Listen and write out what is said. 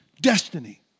Destiny